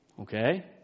Okay